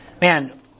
Man